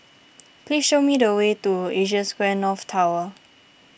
please show me the way to Asia Square North Tower